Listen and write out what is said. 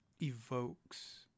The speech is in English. evokes